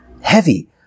Heavy